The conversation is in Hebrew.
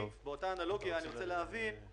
יוצר, אתה יודע להסביר את התוצאה הסופית.